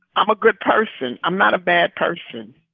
i'm a good person. i'm not a bad person.